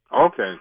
Okay